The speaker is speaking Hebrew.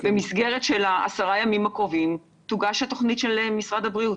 במסגרת עשרת הימים הקרובים תוגש התוכנית של משרד הבריאות.